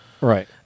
right